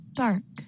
dark